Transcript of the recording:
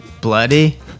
Bloody